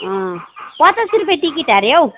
अँ पचास रुपियाँ टिकट अरे हौ